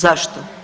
Zašto?